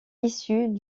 issue